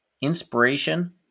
inspiration